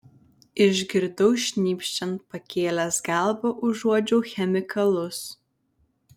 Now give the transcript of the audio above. išgirdau šnypščiant pakėlęs galvą užuodžiau chemikalus